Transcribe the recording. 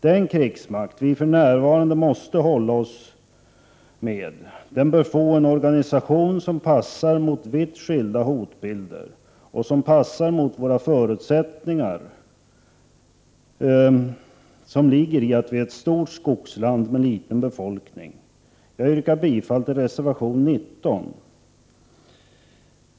Den krigsmakt som vi för närvarande måste hålla oss med bör få en organisation som är anpassad till vitt skilda hotbilder och till våra förutsättningar, dvs. att Sverige är ett stort skogsland med liten befolkning. Jag yrkar bifall till reservation 19.